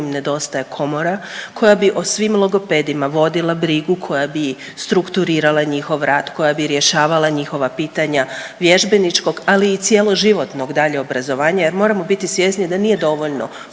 im nedostaje komora koja bi o svim logopedima vodila brigu, koja bi strukturirala njihov rad, koja bi rješavala njihova pitanja vježbeničkog, ali i cjeloživotnog dalje obrazovanja jer moramo biti svjesni da nije dovoljno